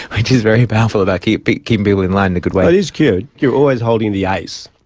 which is very powerful about keeping keeping people in line in a good way. it is good, you're always holding the ace.